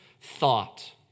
thought